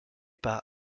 par